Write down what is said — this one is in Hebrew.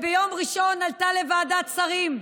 ביום ראשון היא עלתה לוועדת השרים,